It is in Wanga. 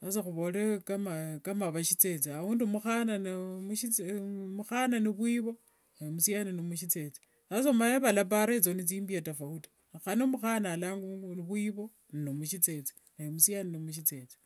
Sasa khuvole kama vasithethe, aundi mukhana ni vwivo naye musiani nimusithethe, sasa omanyire valapara mbu etho nithimbia thiviri tofauti, khane mukhana ni vwivo ninomusithethe naye musiani nimusithethe,